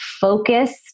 focused